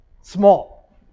small